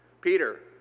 Peter